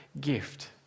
gift